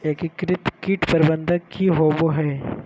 एकीकृत कीट प्रबंधन की होवय हैय?